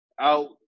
out